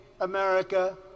America